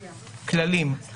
כללים,